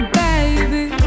baby